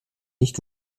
nicht